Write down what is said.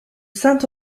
saint